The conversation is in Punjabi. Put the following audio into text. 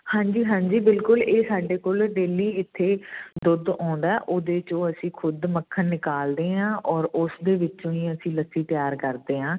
ਹਾਂਜੀ ਹਾਂਜੀ ਬਿਲਕੁਲ ਇਹ ਸਾਡੇ ਕੋਲ ਡੇਲੀ ਇੱਥੇ ਦੁੱਧ ਆਉਂਦਾ ਉਹਦੇ 'ਚੋਂ ਅਸੀਂ ਖ਼ੁਦ ਮੱਖਣ ਨਿਕਾਲਦੇ ਹਾਂ ਔਰ ਉਸਦੇ ਵਿੱਚੋਂ ਹੀ ਅਸੀਂ ਲੱਸੀ ਤਿਆਰ ਕਰਦੇ ਹਾਂ